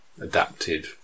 adapted